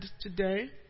today